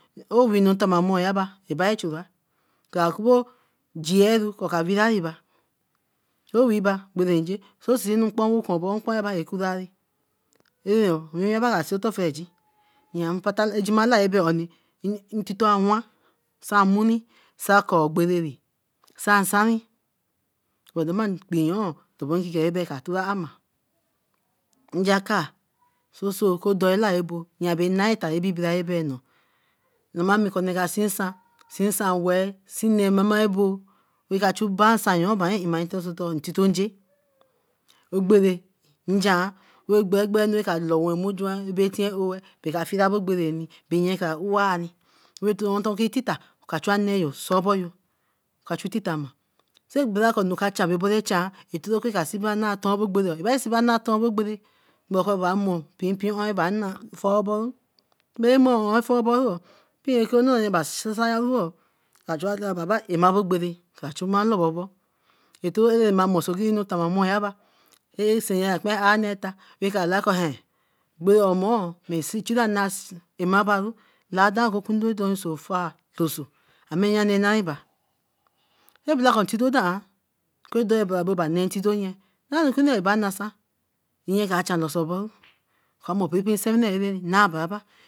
Owine tamonu eba ebari chura kra kobo gearu ko ka weeereri bt. oweeba kparenje, o sinu nkpen oh kor bor nkpon, e curari. Areri oo owiwinabaa kra see ofiegin mpata gima ebai oni. Ntito awan saimuri, sai ko ogberaree san sanri. Danban ekpee oo dobo ekiken bi tora amai. Njakai so doe lae abo yia be nae abibira ebe noo. Namani ko onee ka sin nsan sn nsan weeh ma mare abo eka chu dan nsan imaso otor ntito nje, ogbore njian, Way gbegbenu ra ka loo mu juen bae tien owe eka fera bo ogbere be yen kra owari, tere ton kitiia aka chu onnēē oo swan o boyo ka chu titama. Braika anu ka chan bey bore chan oku bey sibi annai bae ogbere bra sibi annai ton bae ogbere, bra kor ba na mpepee on. ba nah folaboru, bae mo folaboru oo a pee okoo noo ba falaru oo kra chu ba bae ara ogbere kra chu ma lomoboru, tere nu ma bore kra ayh nee eta be omo emabaru ladai okokundo fae doso. Ameya nqeba. E bra ko ntito doan, oku do eba ka nee ntito nye okuno ba nasa nye ka chanelosoboru. oka mor piri piri sewine arare anai bra baā.